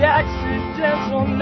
accidental